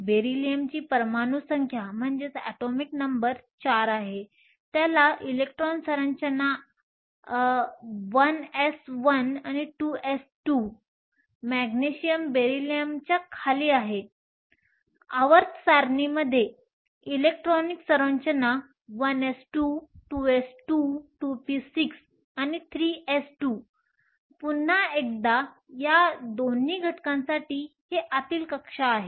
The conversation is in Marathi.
बेरिलियमची परमाणु संख्या 4 आहे त्यात इलेक्ट्रॉन सरंचना आहे 1s2 2s2 आहे मॅग्नीशियम बेरीलियमच्या खाली आहे आवर्त सारणीमध्ये इलेक्ट्रॉनिक सरंचना 1s2 2s2 2p6 आणि 3s2 आहे पुन्हा एकदा या दोन्ही घटकांसाठी हे आतील कक्षा आहेत